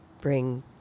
bring